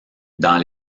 dans